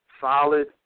solid